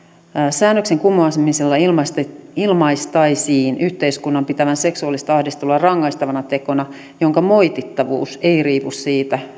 säännöksen kumoamisella ilmaistaisiin ilmaistaisiin yhteiskunnan pitävän seksuaalista ahdistelua rangaistavana tekona jonka moitittavuus ei riipu siitä